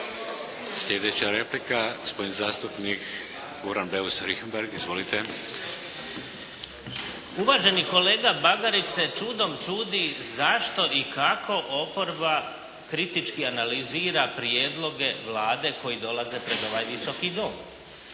Sljedeća replika, gospodin zastupnik Goran Beus Richembergh. Izvolite. **Beus Richembergh, Goran (HNS)** Uvaženi kolega Bagarić se čudom čudi zašto i kako oporba kritički analizira prijedloge Vlade koji dolaze pred ovaj Visoki dom.